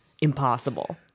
impossible